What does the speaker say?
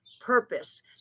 purpose